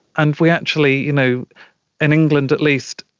and we actually, you know in england at least,